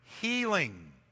healing